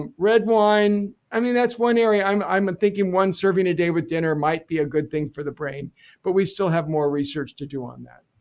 and red wine i mean that's one area i'm i'm ah thinking one serving a day with dinner might be a good thing for the brain but we still have more research to do on that